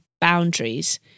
boundaries